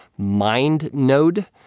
MindNode